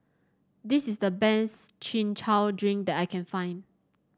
this is the best Chin Chow Drink that I can find